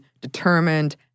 determined